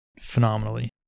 phenomenally